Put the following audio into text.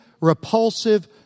repulsive